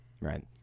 right